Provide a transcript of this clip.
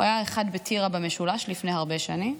הוא היה פעם ראשונה בטירה במשולש לפני הרבה שנים,